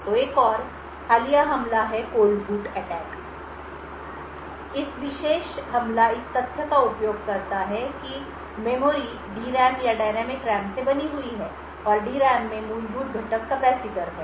तो एक और हालिया हमला है कोल्ड बूट अटैक इसलिए यह विशेष हमला इस तथ्य का उपयोग करता है कि मेमोरी डी रैम या डायनेमिक रैम से बनी हुई है और डी रैम में मूलभूत घटक कैपेसिटर है